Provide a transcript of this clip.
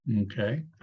Okay